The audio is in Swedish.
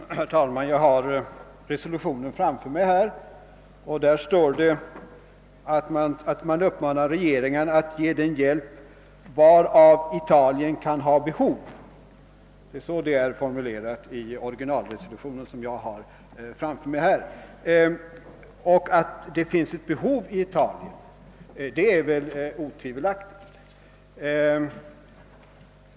Herr talman! Jag har resolutionen framför mig. Där står det att man uppmanar regeringarna att ge den hjälp »varav Italien kan ha behov». Det är så saken är formulerad i originalresolutionen, som jag alltså har här. Och att det finns ett behov av hjälp i Italien är väl odiskutabelt.